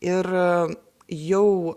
ir jau